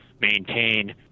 maintain